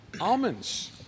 almonds